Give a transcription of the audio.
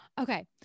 Okay